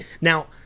Now